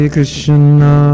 Krishna